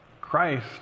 Christ